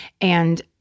And-